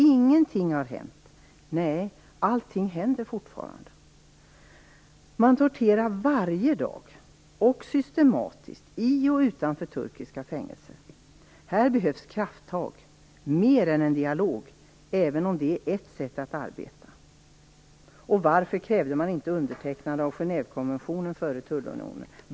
Ingenting har hänt. Allting händer fortfarande. Man torterar varje dag systematiskt i och utanför turkiska fängelser. Här behövs kraftag. Det behövs mer än en dialog, även om det är ett sätt att arbeta. Varför krävde man inte undertecknande av Genèvekonventionen före tullunionen?